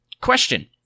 Question